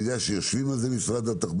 אני יודע שיושבים על זה משרד התחבורה.